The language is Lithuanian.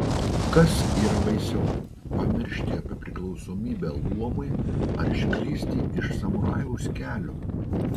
kas yra baisiau pamiršti apie priklausomybę luomui ar išklysti iš samurajaus kelio